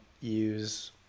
use